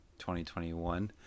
2021